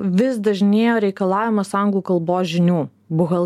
vis dažnėjo reikalavimas anglų kalbos žinių buhalt